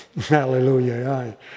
Hallelujah